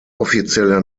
offizieller